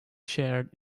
shared